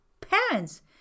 parents